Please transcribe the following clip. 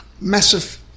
massive